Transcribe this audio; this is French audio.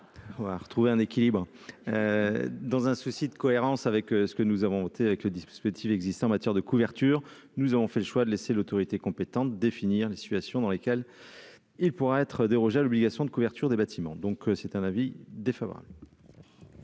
à retrouver un équilibre dans un souci de cohérence avec ce que nous avons monté avec le dispositif existant en matière de couverture, nous avons fait le choix de laisser l'autorité compétente, définir les situations dans lesquelles il pourra être dérogé à l'obligation de couverture des bâtiments, donc c'est un avis défavorable.